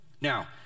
Now